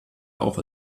auch